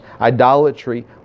idolatry